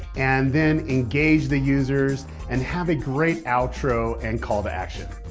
and then engage the users, and have a great outro and call to action.